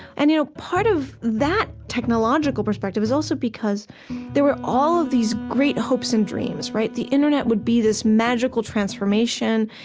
and you know part of that technological perspective is also because there were all of these great hopes and dreams the internet would be this magical transformation,